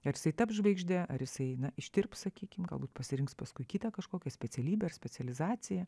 ar jisai taps žvaigžde ar jisai na ištirps sakykim galbūt pasirinks paskui kitą kažkokią specialybę ar specializaciją